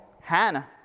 Hannah